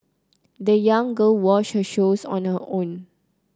the young girl washed her shoes on her own